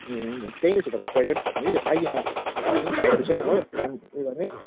त्यहीँ छ त पहिलाकै ठाउँमा कि आइकिन हेर्नु नि भाइहरू छ हो काम ऊ यो गर्ने